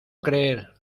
creer